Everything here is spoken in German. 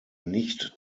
nicht